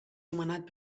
nomenat